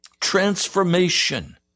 transformation